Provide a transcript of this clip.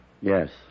Yes